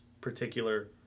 particular